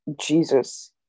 Jesus